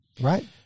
right